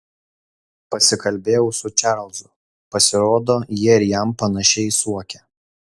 pasikalbėjau su čarlzu pasirodo jie ir jam panašiai suokia